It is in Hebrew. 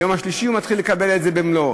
וביום השלישי הוא מתחיל לקבל את זה במלואו.